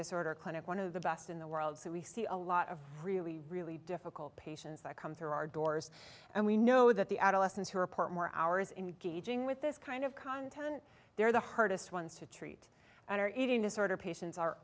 disorder clinic one of the best in the world so we see a lot of really really difficult patients that come through our doors and we know that the adolescents who report more hours in gauging with this kind of content they're the hardest ones to treat are eating disorder patients are